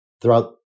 throughout